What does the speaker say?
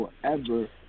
forever